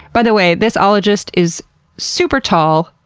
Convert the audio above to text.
by the way, this ologist is super tall,